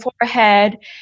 forehead